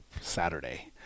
Saturday